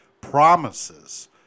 promises